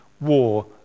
war